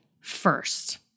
first